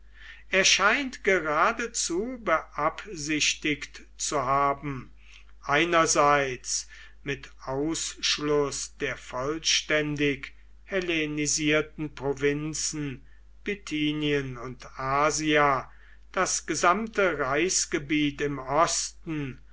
scheint geradezu beabsichtigt zu haben einerseits mit ausschluß der vollständig hellenisierten provinzen bithynien und asia das gesamte reichsgebiet im osten